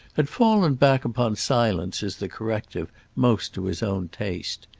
had fallen back upon silence as the corrective most to his own taste.